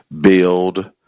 build